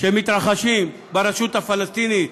שמתרחשים ברשות הפלסטינית?